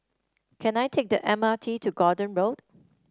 can I take the M R T to Gordon Road